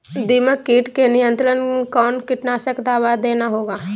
दीमक किट के नियंत्रण कौन कीटनाशक दवा देना होगा?